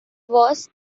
was